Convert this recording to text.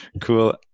Cool